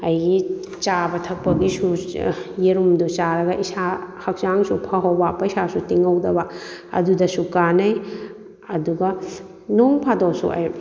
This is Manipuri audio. ꯑꯩꯒꯤ ꯆꯥꯕ ꯊꯛꯄꯒꯤꯁꯨ ꯌꯦꯔꯨꯝꯗꯣ ꯆꯥꯔꯒ ꯏꯁꯥ ꯍꯛꯆꯥꯡꯁꯨ ꯐꯍꯧꯕ ꯄꯩꯁꯥꯁꯨ ꯇꯤꯡꯍꯧꯗꯕ ꯑꯗꯨꯗꯁꯨ ꯀꯥꯟꯅꯩ ꯑꯗꯨꯒ ꯅꯣꯡ ꯐꯥꯗꯣꯛꯁꯨ ꯑꯩ